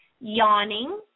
yawning